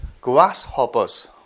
grasshoppers